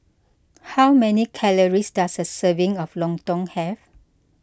how many calories does a serving of Lontong have